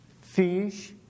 fish